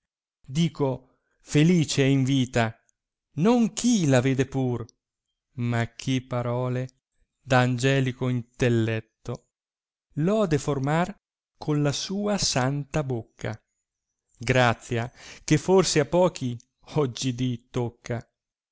dico felice è in vita non chi la vede pur ma chi parole d angelico intelletto l'ode formar con la sua santa bocca grazia che forse a pochi oggidì tocca